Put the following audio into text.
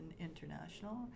International